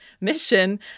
mission